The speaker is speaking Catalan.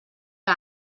que